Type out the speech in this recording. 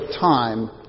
time